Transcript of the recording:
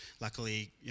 Luckily